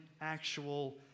actual